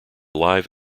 live